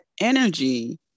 energy